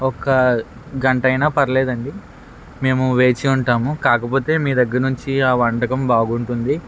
ఒక్క గంట అయినా పర్లేదండి మేము వేచి ఉంటాము కాకపోతే మీ దగ్గర నుంచి ఆ వంటకం బాగుంటుంది